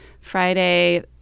Friday